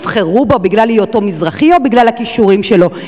שיבחרו בו בגלל היותו מזרחי או בגלל הכישורים שלו?